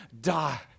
die